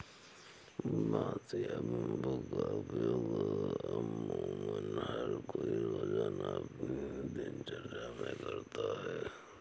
बांस या बम्बू का उपयोग अमुमन हर कोई रोज़ाना अपनी दिनचर्या मे करता है